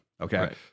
Okay